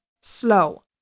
slow